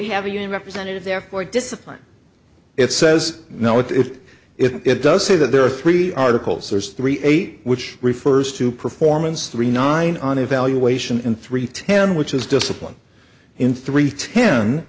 union representative therefore discipline it says no it if it does say that there are three articles there's three eight which refers to performance three nine on evaluation and three ten which is discipline in three ten